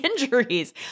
injuries